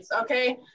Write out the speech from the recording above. Okay